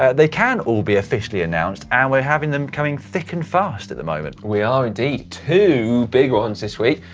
they can all be officially announced and we're having them coming thick and fast at the moment. simon we are indeed. two big ones this week.